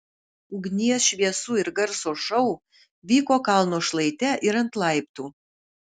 ugnies šviesų ir garso šou vyko kalno šlaite ir ant laiptų